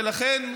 ולכן,